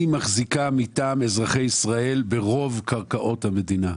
היא מחזיקה מטעם אזרחי ישראל ברוב קרקעות המדינה,